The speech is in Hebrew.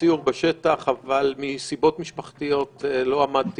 התוכנית הזאת לא נותנת